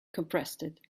compressed